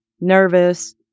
nervous